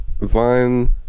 Vine